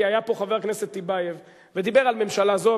כי היה פה חבר הכנסת טיבייב ודיבר על ממשלה זו,